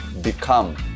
Become